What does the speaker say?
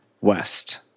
west